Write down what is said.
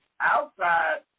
outside